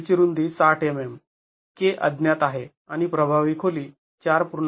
बेडची रुंदी ६० mm k अज्ञात आहे आणि प्रभावी खोली ४